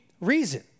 reason